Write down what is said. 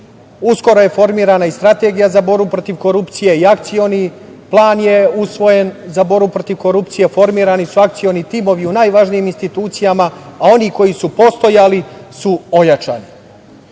je formirana i Strategija za borbu protiv korupcije, i Akcioni plan je usvojen za borbu protiv korupcije, formirani su akcioni timovi u najvažnijim institucijama, a oni koji su postojali su ojačali.